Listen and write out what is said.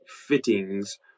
fittings